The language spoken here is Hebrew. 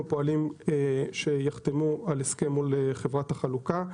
פועלים שיחתמו על הסכם מול חברת החלוקה.